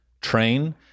train